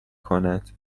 کند